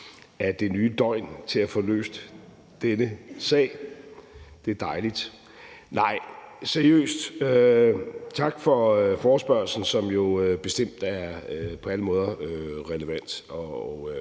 af det nye døgn til at få løst denne sag. Det er dejligt. Nej, seriøst, tak for forespørgslen, som bestemt på alle måder er relevant.